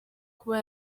kuba